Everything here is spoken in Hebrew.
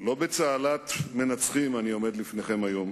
לא בצהלת מנצחים אני עומד לפניכם היום